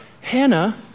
Hannah